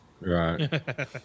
right